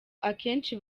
akenshi